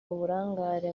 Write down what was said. uburangare